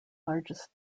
largest